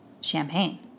champagne